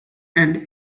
and